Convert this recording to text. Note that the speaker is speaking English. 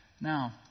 Now